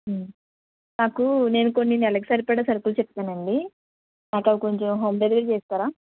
నాకు నేను కొన్ని నెలకు సరిపడా సరిపడా సరుకులు చెప్తానండీ నాకవి కొంచం హోమ్ డెలివరీ చేస్తారా